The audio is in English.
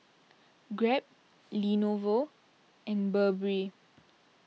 Grab Lenovo and Burberry